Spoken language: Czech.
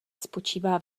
spočívá